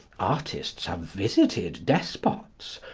artists have visited despots,